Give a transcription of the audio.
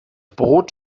brot